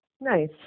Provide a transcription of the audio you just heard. Nice